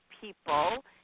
people